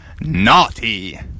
Naughty